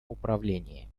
управлении